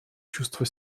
чувство